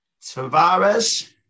Tavares